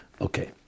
Okay